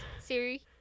Siri